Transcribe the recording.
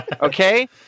Okay